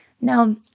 Now